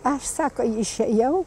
aš sako išėjau